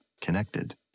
connected